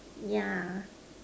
yeah